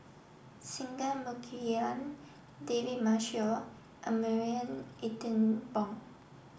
Singai Mukilan David Marshall and Marie Ethel Bong